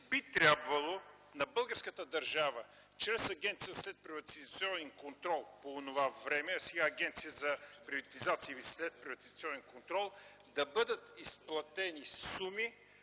би трябвало на българската държава чрез Агенцията за следприватизационен контрол по онова време, а сега Агенция за приватизация и следприватизационен контрол да бъдат изплатени суми,